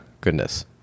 goodness